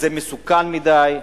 זה מסוכן מדי.